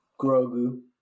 Grogu